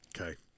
Okay